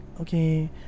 okay